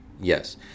yes